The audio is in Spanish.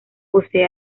posee